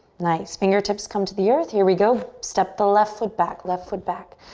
nice, fingertips come to the earth. here we go. step the left foot back. left foot back.